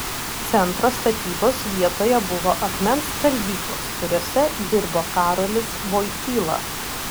centro statybos vietoje buvo akmens skaldyklos kuriose dirbo karolis vojtyla